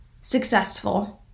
successful